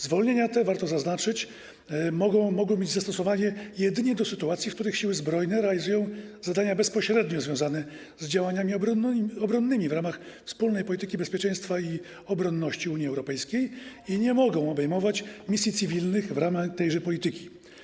Zwolnienia te, warto podkreślić, mogą mieć zastosowanie jedynie do sytuacji, w których siły zbrojne realizują zadania bezpośrednio związane z działaniami obronnymi w ramach wspólnej polityki bezpieczeństwa i obronności Unii Europejskiej, i nie mogą obejmować misji cywilnych realizowanych w ramach tejże polityki.